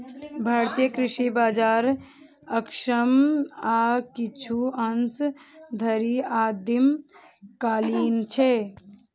भारतीय कृषि बाजार अक्षम आ किछु अंश धरि आदिम कालीन छै